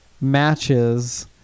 matches